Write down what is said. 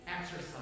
exercise